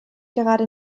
gerade